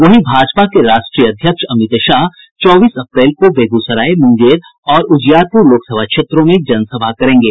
वहीं भाजपा के राष्ट्रीय अध्यक्ष अमित शाह चौबीस अप्रैल को बेगूसराय मुंगेर और उजियारपुर लोकसभा क्षेत्रों में जनसभा करेंगे